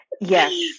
yes